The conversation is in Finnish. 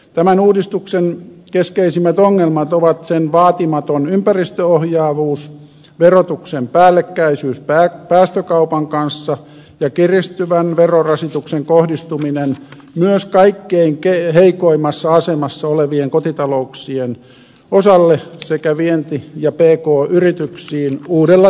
tämän uudistuksen keskeisimmät ongelmat ovat sen vaatimaton ympäristöohjaavuus verotuksen päällekkäisyys päästökaupan kanssa ja kiristyvän verorasituksen kohdistuminen myös kaikkein heikoimmassa asemassa olevien kotitalouksien osalle sekä vienti ja pk yrityksiin uudella tavalla